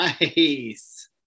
nice